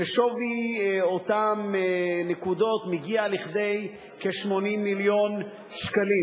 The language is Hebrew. ששווי אותן נקודות מגיע לכדי 80 מיליון שקלים.